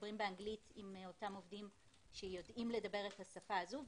מדברים באנגלית עם אותם עובדים שיודעים לדבר את השפה הזו.